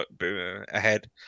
ahead